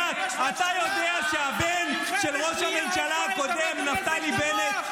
--- את יודעת --- אתה יודע שהבן של ראש הממשלה הקודם נפתלי בנט,